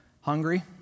hungry